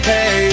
Hey